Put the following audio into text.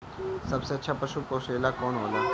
सबसे अच्छा पशु पोसेला कौन होला?